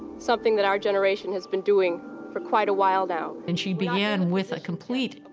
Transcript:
something that our generation has been doing for quite a while now. and she began with a complete,